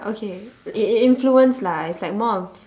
okay it it influence lah it's like more of